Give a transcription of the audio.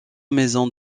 maison